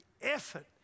effort